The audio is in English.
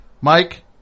Mike